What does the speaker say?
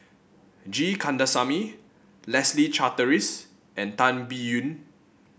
G Kandasamy Leslie Charteris and Tan Biyun